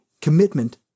Commitment